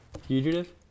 Fugitive